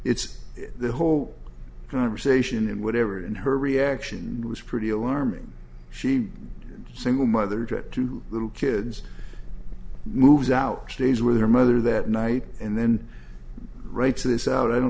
it's the whole conversation and whatever in her reaction it was pretty alarming she single mother jet to little kids moves out stays with her mother that night and then writes this out i don't